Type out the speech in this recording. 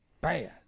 bad